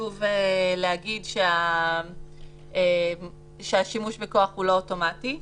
חשוב להגיד שהשימוש בכוח לא אוטומטי,